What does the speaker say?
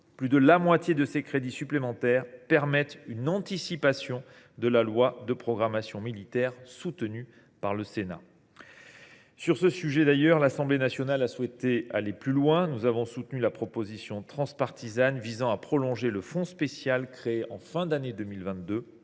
Plus de la moitié de ces crédits supplémentaires permettent une anticipation de la loi de programmation militaire, que le Sénat a soutenue. Sur ce sujet, l’Assemblée nationale a souhaité aller plus loin. Nous avons soutenu la proposition transpartisane visant à prolonger le fonds spécial créé en fin d’année 2022